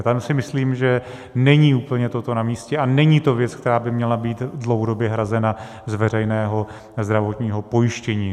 Tam si myslím, že není úplně toto namístě a není to věc, která by měla být dlouhodobě hrazena z veřejného zdravotního pojištění.